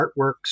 artworks